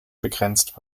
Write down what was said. begrenzt